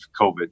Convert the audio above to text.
COVID